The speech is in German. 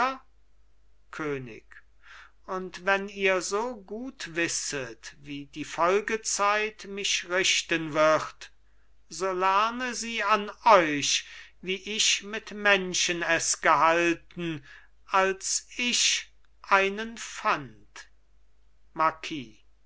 könig und wenn ihr so gut wisset wie die folgezeit mich richten wird so lerne sie an euch wie ich mit menschen es gehalten als ich einen fand